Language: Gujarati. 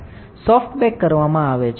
સોફ્ટ બેક કરવામાં આવે છે